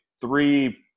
three